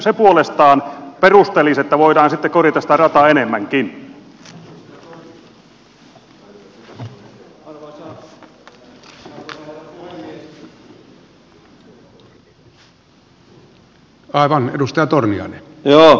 se puolestaan perustelisi että voidaan sitten korjata sitä rataa enemmänkin